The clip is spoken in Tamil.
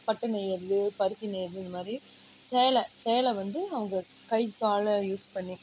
பட்டு நெய்வது பருத்தி நெய்வது இந்தமாதிரி சேலை சேலை வந்து அவங்க கை காலை யூஸ் பண்ணி